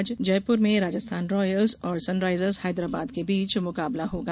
आज जयपुर में राजस्थान रॉयल्स और सनराइजर्स हैदराबाद के बीच मुकाबला होगा